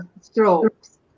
strokes